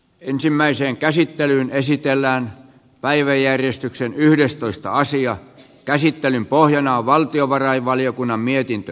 ensimmäiseen käsittelyyn esitellään päiväjärjestyksen yhdestoista asian käsittelyn pohjana on valtiovarainvaliokunnan mietintö